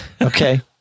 Okay